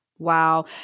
Wow